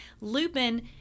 Lupin